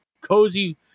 Cozy